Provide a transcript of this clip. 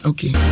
Okay